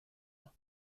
ans